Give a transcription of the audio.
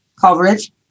coverage